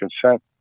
consent